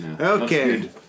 Okay